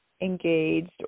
engaged